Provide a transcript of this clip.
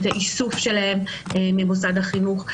את האיסוף שלהם ממוסד החינוך.